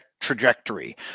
trajectory